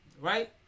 right